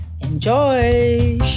Enjoy